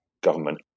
government